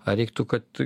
ar reiktų kad